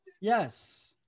yes